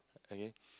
okay